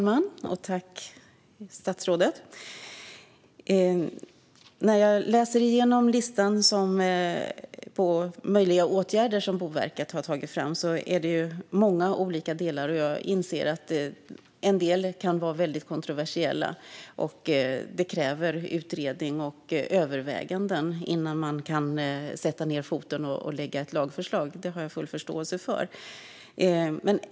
Fru talman! När jag läser igenom Boverkets långa lista över möjliga åtgärder inser jag att en del kan vara kontroversiella som kräver utredning och överväganden innan man kan sätta ned foten och lägga fram lagförslag. Det har jag full förståelse för.